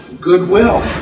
goodwill